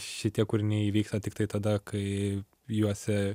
šitie kūriniai įvyksta tiktai tada kai juose